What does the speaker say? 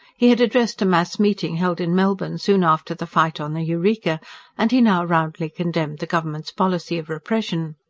he had addressed a mass meeting held in melbourne, soon after the fight on the eureka and he now roundly condemned the government's policy of repression.